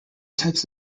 types